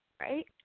right